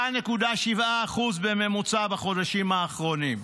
ב-5.7% בממוצע בחודשים האחרונים.